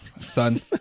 son